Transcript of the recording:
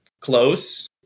close